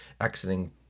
exiting